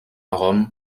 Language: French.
rome